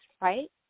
right